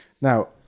Now